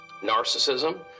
Narcissism